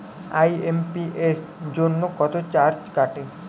IMPS জন্য কত charge কাটে?